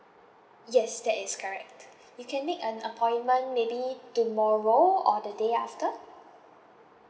yes that is correct you can make an appointment maybe tomorrow or the day after